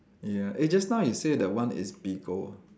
ya eh just now you say that one is Bigo ah